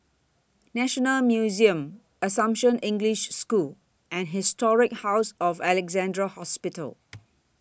National Museum Assumption English School and Historic House of Alexandra Hospital